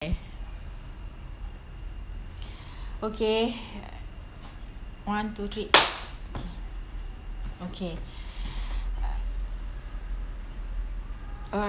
okay one two three okay